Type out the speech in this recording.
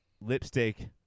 lipstick